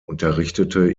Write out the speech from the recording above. unterrichtete